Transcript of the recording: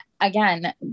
again